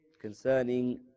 concerning